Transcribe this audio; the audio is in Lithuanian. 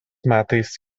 metais